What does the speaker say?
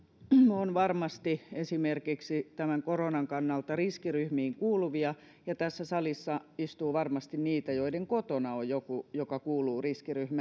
on varmasti esimerkiksi tämän koronan kannalta riskiryhmiin kuuluvia ja tässä salissa istuu varmasti niitä joiden kotona on joku joka kuuluu riskiryhmään